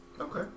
Okay